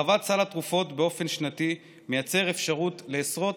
הרחבת סל התרופות באופן שנתי מייצרת אפשרות לעשרות